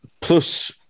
plus